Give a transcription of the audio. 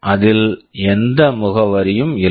அதில் எந்த முகவரியும் இல்லை